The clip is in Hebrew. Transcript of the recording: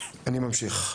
אני ממשיך.